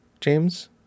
James